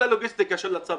כל הלוגיסטיקה של הצבא,